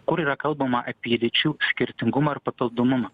kur yra kalbama apie lyčių skirtingumą ar papildomumą